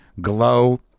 Glow